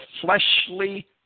fleshly